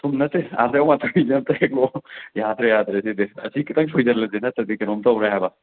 ꯊꯨꯝ ꯅꯠꯇꯦ ꯑꯥꯗꯩ ꯑꯋꯥꯊꯕꯤꯁꯦ ꯑꯃꯨꯛꯇ ꯍꯦꯛꯂꯛꯑꯣ ꯌꯥꯗ꯭ꯔꯦ ꯌꯥꯗ꯭ꯔꯦ ꯁꯤꯗꯤ ꯑꯁꯤ ꯈꯤꯇꯪ ꯁꯣꯏꯖꯜꯂꯁꯦ ꯅꯠꯇ꯭ꯔꯗꯤ ꯀꯩꯅꯣꯝ ꯇꯧꯔꯦ ꯍꯥꯏꯕ